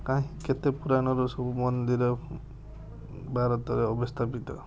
କାହିଁ କେତେ ପୁରାଣର ସବୁ ମନ୍ଦିର ଭାରତରେ ଅବସ୍ଥାପିତ